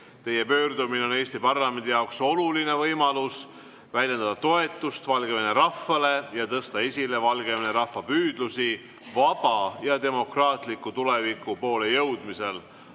Teie pöördumine on Eesti parlamendi jaoks oluline võimalus väljendada toetust Valgevene rahvale ja tõsta esile Valgevene rahva püüdlusi vaba ja demokraatliku tuleviku poole jõudmisel.